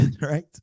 right